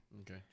Okay